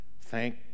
Thank